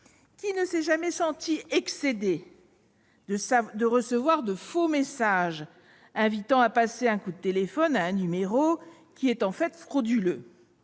Qui ne s'est jamais senti excédé de recevoir de faux messages invitant à passer un coup de téléphone à un numéro finalement frauduleux ?